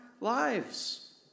lives